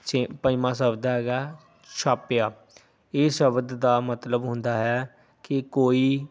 ਛ ਪੰਜਵਾਂ ਸ਼ਬਦ ਹੈਗਾ ਛਾਪਿਆ ਇਹ ਸ਼ਬਦ ਦਾ ਮਤਲਬ ਹੁੰਦਾ ਹੈ ਕਿ ਕੋਈ